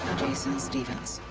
jason stevens.